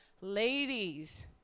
ladies